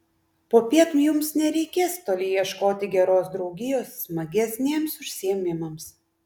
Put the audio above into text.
popiet jums nereikės toli ieškoti geros draugijos smagesniems užsiėmimams